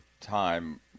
time